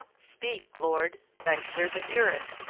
speak, lord, thy servant eareth,